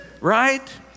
right